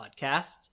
podcast